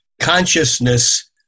consciousness